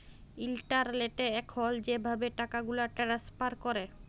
ইলটারলেটে এখল যেভাবে টাকাগুলা টেলেস্ফার ক্যরে